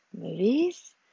movies